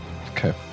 Okay